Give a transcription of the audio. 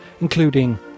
including